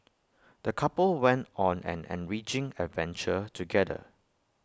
the couple went on an enriching adventure together